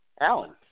Alan